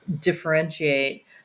differentiate